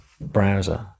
browser